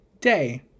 day